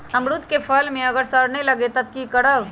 अमरुद क फल म अगर सरने लगे तब की करब?